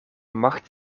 macht